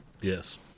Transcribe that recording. Yes